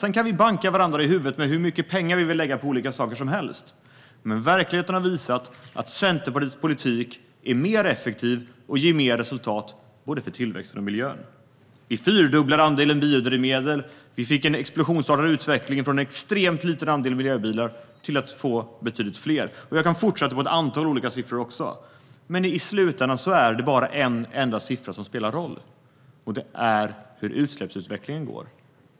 Sedan kan vi banka varandra i huvudet med hur mycket pengar vi vill lägga på hur många olika saker som helst, men verkligheten har visat att Centerpartiets politik är mer effektiv och ger mer resultat för både tillväxten och miljön. Vi fyrdubblade andelen biodrivmedel. Vi fick en explosionsartad utveckling från en extremt liten andel miljöbilar till betydligt fler. Jag kan fortsätta rada upp ett antal olika siffror, men i slutänden är det bara en enda siffra som spelar roll, och det är den som visar hur utsläppsutvecklingen går.